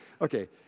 Okay